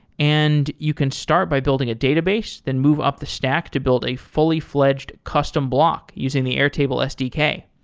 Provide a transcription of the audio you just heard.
and you can start by building a database, then move up the stack to build a fully-fledged custom block using the airtable sdk.